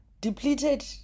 depleted